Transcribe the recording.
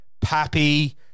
Pappy